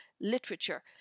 literature